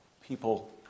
people